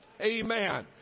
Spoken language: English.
Amen